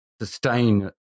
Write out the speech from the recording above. sustain